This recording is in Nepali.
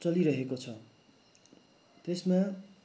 चलिरहेको छ त्यसमा